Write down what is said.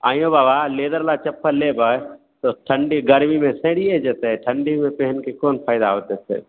आयँ यौ बाबा लेदरबला चप्पल लेबै तऽ ठंडी गरमीमे सड़िए जेतै ठंडीमे पहिनके कोन फायदा होयतै फेर